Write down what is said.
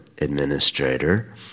administrator